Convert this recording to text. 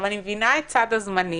אני מבינה את סד הזמנים,